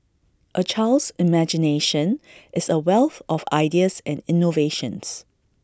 A child's imagination is A wealth of ideas and innovations